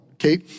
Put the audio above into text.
Okay